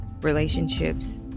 relationships